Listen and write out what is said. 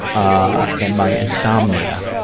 ah, and my insomnia,